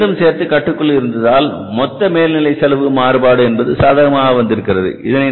இவை இரண்டும் சேர்ந்து கட்டுக்குள் இருந்ததால் மொத்த மேல்நிலை செலவு மாறுபாடு என்பது சாதகமாக வந்திருக்கிறது